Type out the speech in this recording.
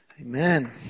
Amen